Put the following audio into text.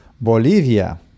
Bolivia